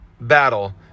battle